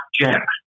Jack